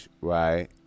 right